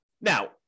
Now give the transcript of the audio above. Now